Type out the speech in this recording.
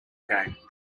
game